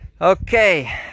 okay